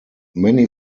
many